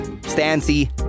Stancy